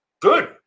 good